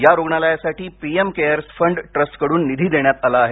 या रुग्णालयासाठी PM cares fund ट्रस्टकडून निधी देण्यात आला आहे